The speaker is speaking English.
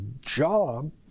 job